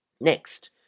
Next